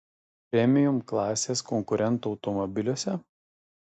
premium klasės konkurentų automobiliuose